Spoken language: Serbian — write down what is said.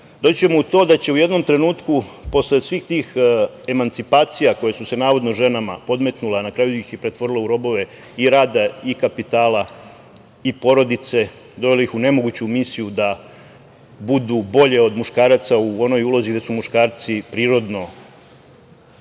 ćemo na to da ćemo u jednom trenutku posle svih tih emancipacija koje su se navodno ženama podmetnule, a na kraju ih pretvorile u robove i rada i kapitala i porodice, dovele ih u nemoguću misiju da budu bolje od muškaraca u onoj ulozi gde su muškarci prirodno